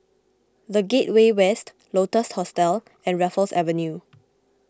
the Gateway West Lotus Hostel and Raffles Avenue